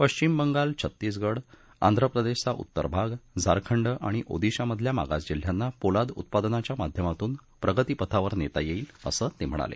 पश्चिम बंगाल छत्तीसगड आंध्र प्रदेशचा उत्तरभाग झारखंड आणि ओदिशा मधल्या मागास जिल्ह्यांना पोलाद उत्पादनाच्या माध्यमातून प्रगतीपथावर नेता येईल असं ते म्हणाले